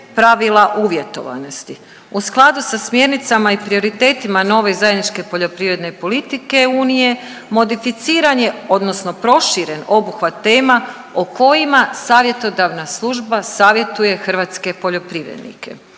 pravila uvjetovanosti. U skladu sa smjernicama i prioritetima nove zajedničke poljoprivredne politike unije modificiran je odnosno proširen obuhvat tema o kojima savjetodavna služba savjetuje hrvatske poljoprivrednike.